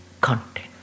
content